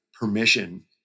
permission